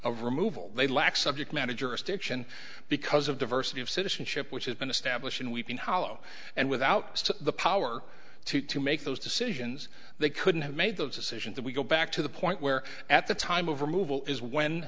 of removal they lack subject manager stiction because of diversity of citizenship which has been established in weeping hollow and without the power to to make those decisions they couldn't have made the decision that we go back to the point where at the time of removal is